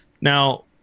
Now